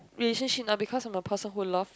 relationship now because I'm a person who love